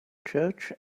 church